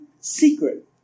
secret